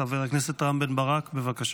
חבר הכנסת רם בן ברק, בבקשה.